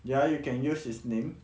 ya you can use his name